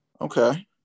Okay